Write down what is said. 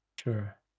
Sure